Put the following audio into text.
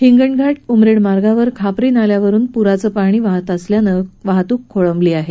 हिंगणघाट उमरेड मार्गावरील खापरी नाल्यावरून पुराचे पाणी वाहत असल्याने वाहतूक खोळंबली आहे